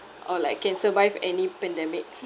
or like can survive any pandemic